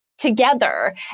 Together